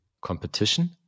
competition